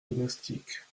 domestiques